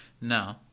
no